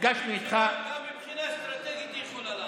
גם מבחינה אסטרטגית היא יכולה לענות.